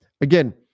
Again